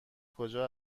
کجا